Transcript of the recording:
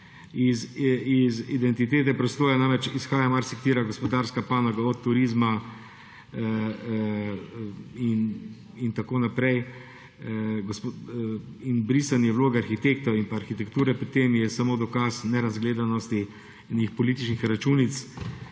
Iz identitete prostora namreč izhaja marsikatera gospodarska panoga od turizma naprej. Brisanje vloge arhitektov in arhitekture pri tem je samo dokaz nerazgledanosti, enih političnih računic